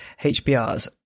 HBRs